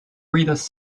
readers